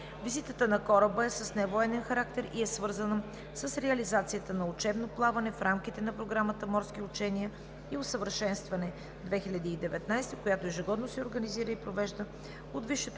Визитата на кораба е с невоенен характер и е свързана с реализацията на учебно плаване в рамките на Програмата „Морски учения и усъвършенстване 2019“, която ежегодно се организира и провежда от Висшето